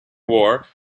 war